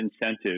incentive